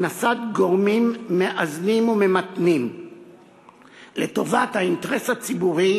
הכנסת גורמים מאזנים וממתנים לטובת האינטרס הציבורי